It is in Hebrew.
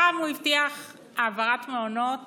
פעם הוא הבטיח העברת מעונות